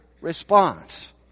response